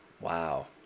Wow